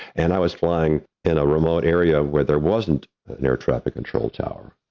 and i was flying in a remote area where there wasn't an air traffic control tower.